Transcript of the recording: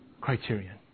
criterion